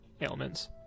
ailments